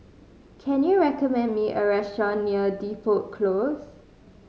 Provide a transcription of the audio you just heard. can you recommend me a restaurant near Depot Close